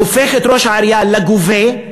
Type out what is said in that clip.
הופך את ראש העירייה רק לגובה,